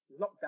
Lockdown